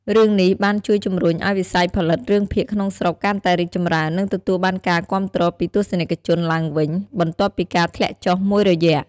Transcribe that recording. រឿងនេះបានជួយជំរុញឱ្យវិស័យផលិតរឿងភាគក្នុងស្រុកកាន់តែរីកចម្រើន និងទទួលបានការគាំទ្រពីទស្សនិកជនឡើងវិញ បន្ទាប់ពីការធ្លាក់ចុះមួយរយៈ។